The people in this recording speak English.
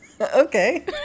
Okay